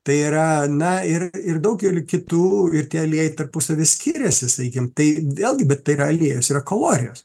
tai yra na ir ir daugelį kitų ir tie aliejai tarpusavy skiriasi sakykim tai vėlgi bet tai yra aliejus yra kalorijos